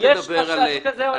עולה חשש כזה.